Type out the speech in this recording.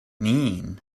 mean